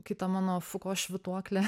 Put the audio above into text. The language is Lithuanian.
kita mano fuko švytuoklė